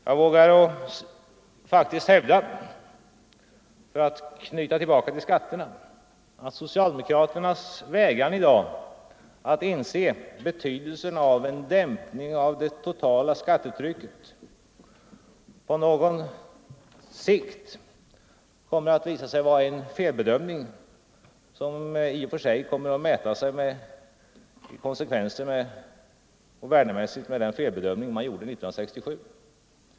Jag vågar faktiskt hävda — för att återknyta till skatterna — att socialdemokraternas vägran i dag att inse betydelsen av en dämpning av det totala skattetrycket på någon sikt kommer att visa sig vara en felbedömning som till sina konsekvenser och värdemässigt kan mäta sig med den felbedömning som man gjorde 1967.